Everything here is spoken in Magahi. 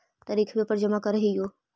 तरिखवे पर जमा करहिओ?